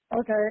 Okay